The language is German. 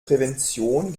prävention